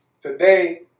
today